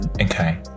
Okay